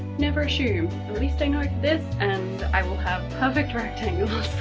never assume at least i know like this and i will have perfect rectangles.